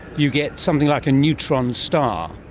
you get something like a neutron star,